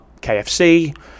KFC